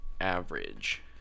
average